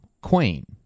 queen